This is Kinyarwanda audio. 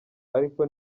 ariko